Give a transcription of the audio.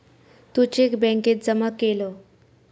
तू cheque बॅन्केत जमा केलं?